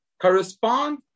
correspond